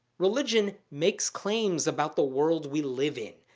religion makes claims about the world we live in,